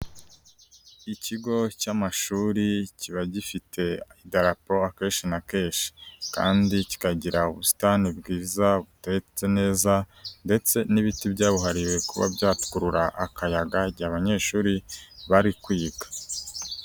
Ikigo cy'amashuri kiba gifite igalaporo akeshi na kenshi, kandi kikagira ubusitani bwiza butatse neza ndetse n'ibiti byabuhariwe kuba byakurura akayaga igihe abanyeshuri bari kwiga.